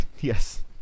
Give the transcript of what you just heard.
Yes